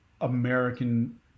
American